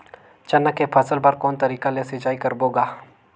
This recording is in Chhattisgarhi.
चना के फसल बर कोन तरीका ले सिंचाई करबो गा?